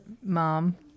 mom